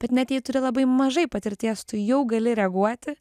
bet net jei turi labai mažai patirties tu jau gali reaguoti